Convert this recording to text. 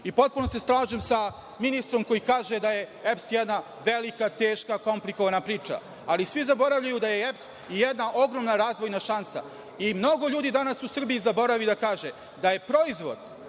Potpuno se slažem sa ministrom koji kaže da je EPS jedna velika, teška i komplikovana priča. Ali svi zaboravljaju da je EPS jedna ogromna razvojna šansa i mnogo ljudi danas u Srbiji zaboravlja da kaže da je proizvod